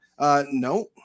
No